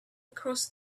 across